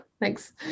Thanks